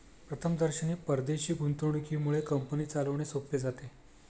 प्रथमदर्शनी परदेशी गुंतवणुकीमुळे कंपनी चालवणे सोपे जाते